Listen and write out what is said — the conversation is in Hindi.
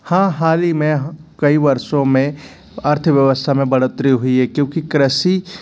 हाँ हाल ही मैं कई वर्षों में अर्थव्यवस्था में बढ़ोतरी हुई है क्योंकि कृषि